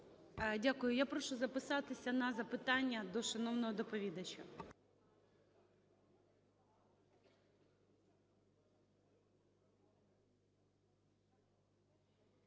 Дякую. Я прошу записатися на запитання до шановного доповідача.